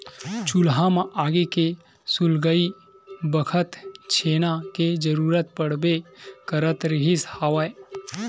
चूल्हा म आगी के सुलगई बखत छेना के जरुरत पड़बे करत रिहिस हवय